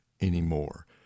anymore